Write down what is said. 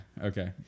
okay